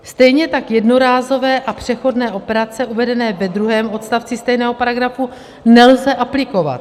Stejně tak jednorázové a přechodné operace uvedené ve druhém odstavci stejného paragrafu nelze aplikovat.